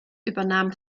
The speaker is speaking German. übernahm